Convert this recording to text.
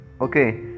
okay